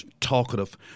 talkative